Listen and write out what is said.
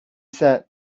said